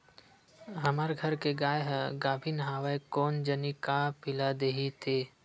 हमर घर के गाय ह गाभिन हवय कोन जनी का पिला दिही ते